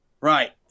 right